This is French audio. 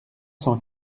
cent